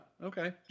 Okay